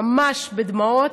ממש בדמעות,